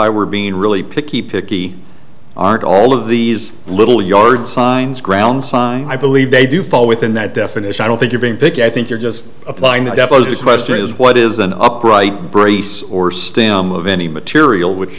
i were being really picky picky aren't all of these little yard signs ground sign i believe they do fall within that definition i don't think you're being picky i think you're just applying the deposition question is what is an upright brace or stem of any material which